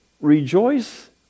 Rejoice